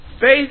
faith